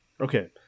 Okay